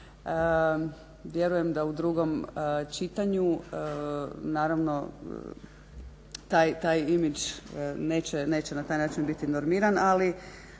vjerujem da u drugom čitanju naravno taj imidž neće na taj način biti normiran ali